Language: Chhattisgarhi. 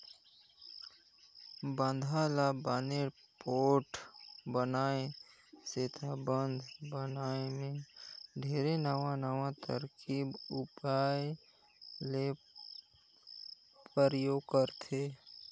बांधा ल बने पोठ बनाए सेंथा बांध बनाए मे ढेरे नवां नवां तरकीब उपाय ले परयोग करथे